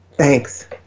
Thanks